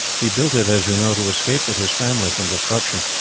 he built it, as you know, to escape with his family from destruction.